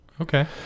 Okay